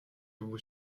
vous